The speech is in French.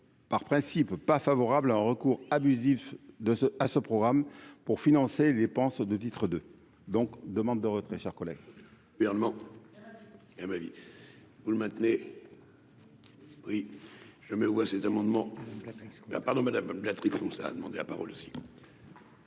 par principe pas favorable à un recours abusif de ce à ce programme pour financer les pensions de titres de donc demande de retrait chers collègues.